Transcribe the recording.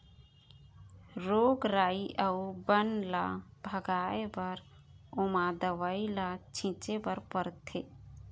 रोग राई अउ बन ल भगाए बर ओमा दवई ल छिंचे बर परथे